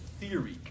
theory